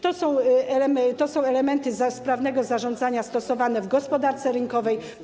To są elementy sprawnego zarządzania stosowane w gospodarce rynkowej.